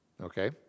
Okay